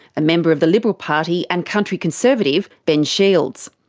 a member of the liberal party and country conservative, ben shields.